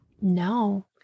no